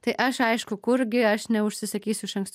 tai aš aišku kur gi aš neužsisakysiu iš anksto